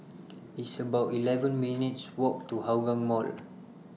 It's about eleven minutes' Walk to Hougang Mall